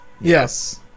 Yes